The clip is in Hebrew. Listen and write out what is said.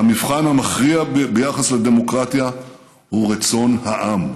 והמבחן המכריע ביחס לדמוקרטיה הוא רצון העם.